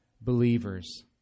believers